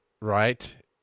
right